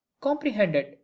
comprehended